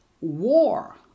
War